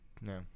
No